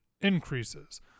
increases